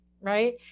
right